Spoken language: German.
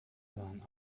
waren